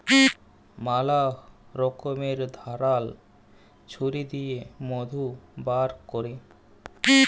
ম্যালা রকমের ধারাল ছুরি দিঁয়ে মধু বাইর ক্যরে